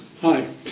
Hi